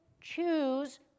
choose